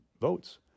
votes